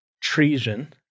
treason